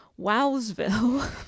Wowsville